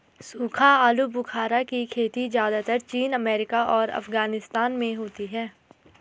सूखा आलूबुखारा की खेती ज़्यादातर चीन अमेरिका और अफगानिस्तान में होती है